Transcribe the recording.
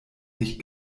nicht